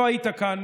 לא היית כאן,